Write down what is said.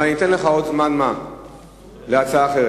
אבל אתן לך עוד זמן מה להצעה אחרת.